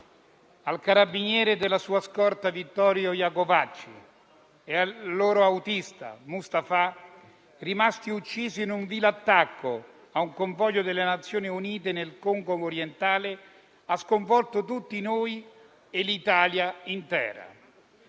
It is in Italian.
al carabiniere della sua scorta Vittorio Iacovacci e al loro autista Mustapha, rimasti uccisi in un vile attacco a un convoglio delle Nazioni Unite nel Congo orientale, ha sconvolto tutti noi e l'Italia intera.